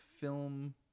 film